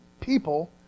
people